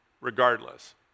regardless